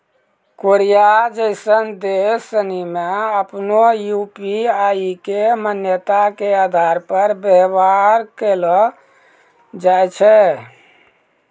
Korea जैसन देश सनि मे आपनो यू.पी.आई के मान्यता के आधार पर व्यवहार कैलो जाय छै